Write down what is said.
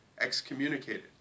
excommunicated